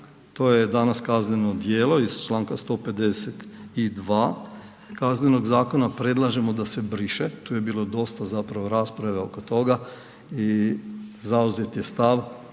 to je danas kazneno djelo iz čl. 152. KZ-a, predlažemo da se briše, tu je bilo dosta zapravo rasprave oko toga i zauzet je stav